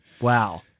Wow